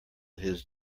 his